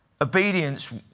Obedience